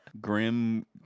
Grim